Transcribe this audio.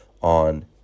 on